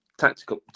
Tactical